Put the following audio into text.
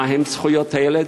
מה הן זכויות הילד?